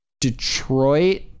Detroit